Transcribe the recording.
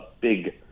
big